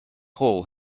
hole